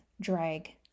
drag